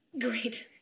Great